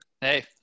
Hey